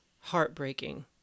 heartbreaking